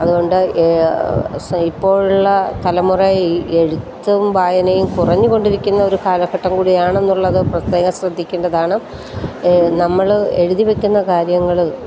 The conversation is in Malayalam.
അതുകൊണ്ട് സൊ ഇപ്പോഴുള്ള തലമുറ ഈ എഴുത്തും വായനയും കുറഞ്ഞുകൊണ്ടിരിക്കുന്നൊരു കാലഘട്ടം കൂടിയാണെന്നുള്ളത് പ്രത്യേകം ശ്രദ്ധിക്കേണ്ടതാണ് നമ്മൾ എഴുതിവെക്കുന്ന കാര്യങ്ങൾ